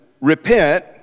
Repent